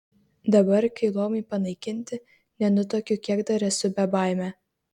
dabar kai luomai panaikinti nenutuokiu kiek dar esu bebaimė